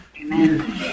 amen